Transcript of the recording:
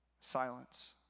Silence